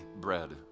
bread